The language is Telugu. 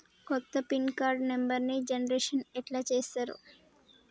కొత్త పిన్ కార్డు నెంబర్ని జనరేషన్ ఎట్లా చేత్తరు?